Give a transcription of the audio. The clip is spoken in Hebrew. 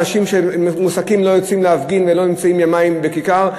אנשים שמועסקים לא יוצאים להפגין ולא נמצאים יומיים בכיכר.